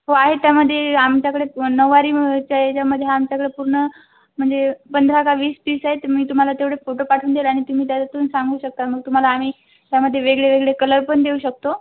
हो आहेत त्यामध्ये आमच्याकडे व नऊवारी म्हणून त्या ह्याच्यामध्ये आमच्याकडे पूर्ण म्हणजे पंधरा का वीस तीस आहेत ते मी तुम्हाला तेवढे फोटो पाठवून देईल आणि तुम्ही त्याच्यातून सांगू शकता मग तुम्हाला आम्ही त्यामध्ये वेगळे वेगळे कलर पण देऊ शकतो